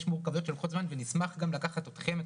נשמח לקחת גם אתכם,